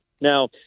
Now